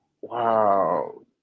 wow